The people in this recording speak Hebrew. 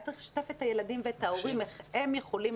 צריך גם לשתף את הילדים ואת ההורים איך הם יכולים